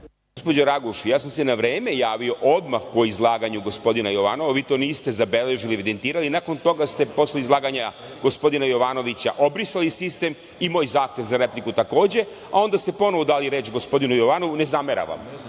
Gospođo Raguš, ja sam se na vreme javio, odmah po izlaganju gospodina Jovanova, a vi niste zabeležili i evidentirali. Nakon toga ste posle izlaganja gospodina Jovanovića obrisali sistem i moj zahtev za repliku takođe, a onda ste ponovo dali reč gospodinu Jovanovu. Ne zameram vas.